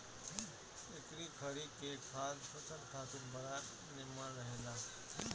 एकरी खरी के खाद फसल खातिर बड़ा निमन रहेला